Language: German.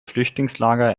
flüchtlingslager